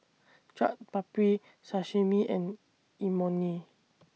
Chaat Papri Sashimi and Imoni